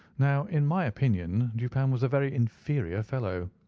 now, in my opinion, dupin was a very inferior fellow.